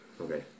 Okay